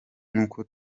nkuko